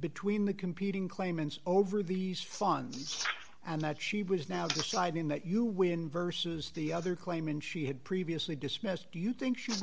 between the competing claimants over these funds and that she was now deciding that you win versus the other claimant she had previously dismissed do you think she would